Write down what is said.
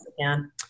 again